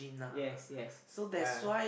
yes yes yeah